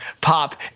pop